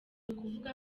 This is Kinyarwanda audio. ukuvuga